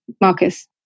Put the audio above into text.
Marcus